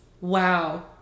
wow